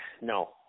no